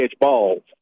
balls